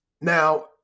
Now